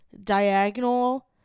diagonal